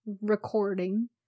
recording